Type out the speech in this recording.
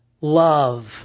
love